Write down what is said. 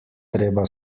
treba